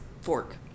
fork